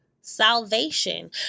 salvation